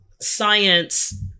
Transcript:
science